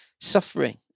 suffering